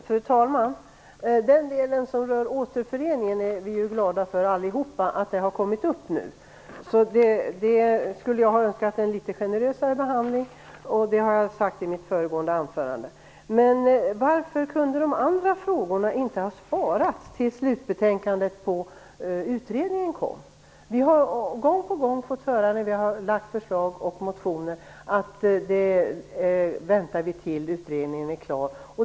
Fru talman! Vi är allihop glada för att den del som rör återföreningen har kommit upp nu. Jag skulle ha önskat en litet generösare behandling, det har jag sagt i mitt föregående anförande. Men varför kunde de andra frågorna inte ha sparats tills slutbetänkandet från utredningen kom? Vi har gång på gång fått höra när vi har lagt fram förslag och väckt motioner att vi skall vänta tills utredningen är klar.